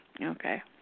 Okay